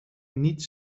niet